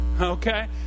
Okay